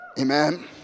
amen